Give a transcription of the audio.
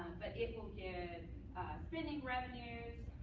but it will give spending revenues,